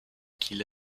qu’il